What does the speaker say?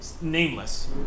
nameless